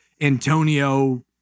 Antonio